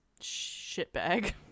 shitbag